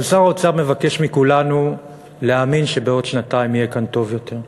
אבל שר האוצר מבקש מכולנו להאמין שבעוד שנתיים יהיה כאן טוב יותר.